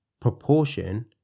proportion